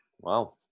Wow